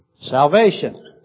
salvation